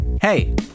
Hey